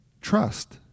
trust